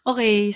Okay